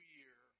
year